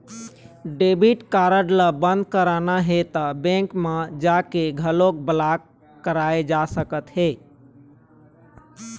debit card ल बंद कराना हे त बेंक म जाके घलोक ब्लॉक कराए जा सकत हे